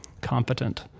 competent